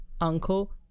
uncle